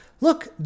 look